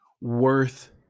worth